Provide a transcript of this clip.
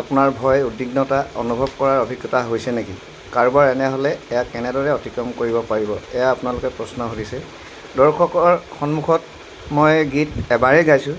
আপোনাৰ ভয় উদ্বিগ্নতা অনুভৱ কৰাৰ অভিজ্ঞতা হৈছে নেকি কাৰোবাৰ এনে হ'লে এয়া কেনেদৰে অতিক্ৰম কৰিব পাৰিব এয়া আপোনালোকে প্ৰশ্ন সুধিছে দৰ্শকৰ সমুখত মই গীত এবাৰেই গাইছোঁ